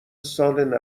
سال